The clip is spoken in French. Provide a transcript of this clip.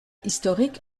historique